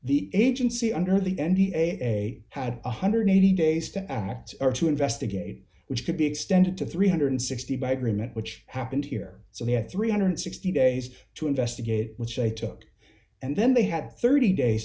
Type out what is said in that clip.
the agency under the n p a had one hundred and eighty days to act or to investigate which could be extended to three hundred and sixty by agreement which happened here so they had three hundred and sixty days to investigate which i took and then they had thirty days